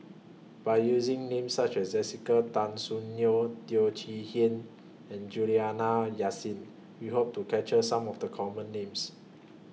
By using Names such as Jessica Tan Soon Neo Teo Chee Hean and Juliana Yasin We Hope to capture Some of The Common Names